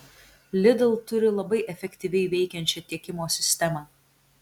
lidl turi labai efektyviai veikiančią tiekimo sistemą